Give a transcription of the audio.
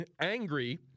angry